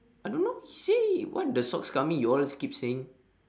I don't know he say what the socks coming you all keep saying